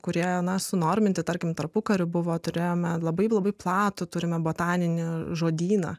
kurie na sunorminti tarkim tarpukariu buvo turėjome labai labai platų turime botaninį žodyną